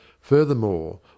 furthermore